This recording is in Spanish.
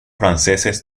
franceses